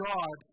God